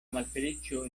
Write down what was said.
malfeliĉo